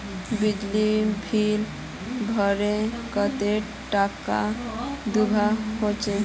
बिजली बिल भरले कतेक टाका दूबा होचे?